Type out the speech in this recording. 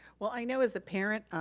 well i know as a parent,